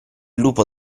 lupo